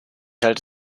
halte